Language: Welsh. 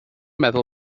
meddwl